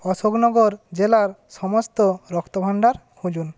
অশোকনগর জেলার সমস্ত রক্তভাণ্ডার খুঁজুন